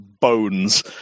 bones